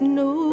no